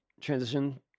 Transition